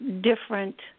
different